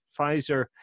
Pfizer